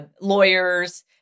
lawyers